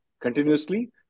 continuously